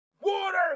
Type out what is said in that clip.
water